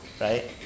right